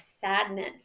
sadness